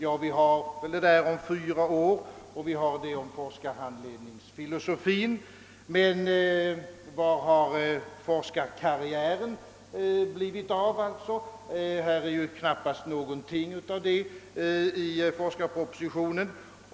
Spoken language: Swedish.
Ja, det gäller de fyra åren och detta om forskarhandledningsfilosofin, men hur har det blivit med forskarkarriären? Det står knappast någonting om den saken i propositionen.